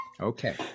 Okay